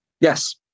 yes